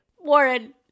Warren